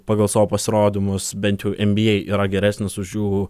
pagal savo pasirodymus bent jau nba yra geresnis už jų